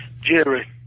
Jerry